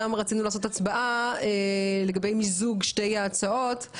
רצינו גם להצביע על מיזוג שתי ההצעות.